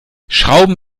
schrauben